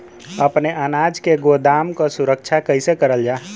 अपने अनाज के गोदाम क सुरक्षा कइसे करल जा?